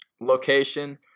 Location